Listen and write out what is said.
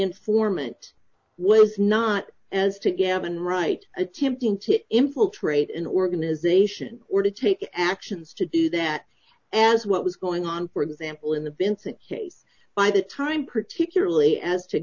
informant was not as to gavin wright attempting to infiltrate an organization or to take actions to do that as what was going on for example in the vincent case by the time particularly as to